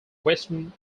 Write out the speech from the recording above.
western